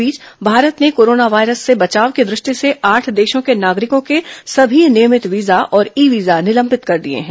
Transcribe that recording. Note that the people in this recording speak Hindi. इस बीच भारत ने कोरोना वायरस से बचाव की दृष्टि से आठ देशों के नागरिकों के सभी नियमित वीजा और ई वीजा निलंबित कर दिए हैं